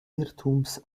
irrtums